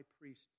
priest